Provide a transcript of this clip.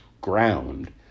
ground